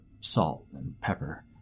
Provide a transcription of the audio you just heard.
salt-and-pepper